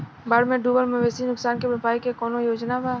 बाढ़ में डुबल मवेशी नुकसान के भरपाई के कौनो योजना वा?